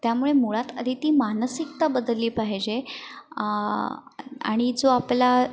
त्यामुळे मुळात आधी ती मानसिकता बदलली पाहीजे आणि जो आपला